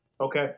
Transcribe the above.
Okay